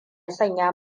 sanya